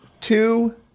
two